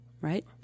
Right